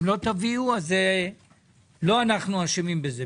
אם לא תביאו אז לא אנחנו אשמים בזה,